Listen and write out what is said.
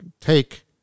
take